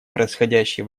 происходящие